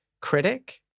critic